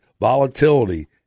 volatility